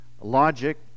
logic